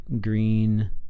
green